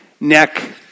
Neck